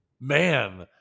man